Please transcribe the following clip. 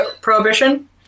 prohibition